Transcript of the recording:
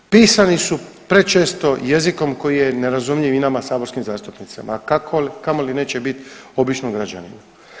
Pisani su prečesto jezikom koji je nerazumljiv i nama saborskim zastupnicima a kamoli neće bit običnom građaninu.